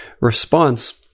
response